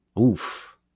Oof